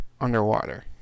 underwater